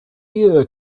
year